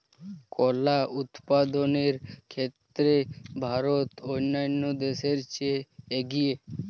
কলা উৎপাদনের ক্ষেত্রে ভারত অন্যান্য দেশের চেয়ে এগিয়ে